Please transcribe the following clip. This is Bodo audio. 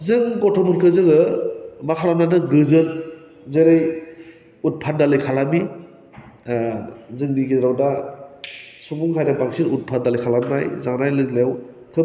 जों गथ'फोरखौ जोङो मा खालामनांगौ गोजोन जेरै उधफात दालि खालामै जोंनि गेजेराव दा सुबुं आरो बांसिन उतफातदालि खालामनाय जानाय लोंनायाव खोब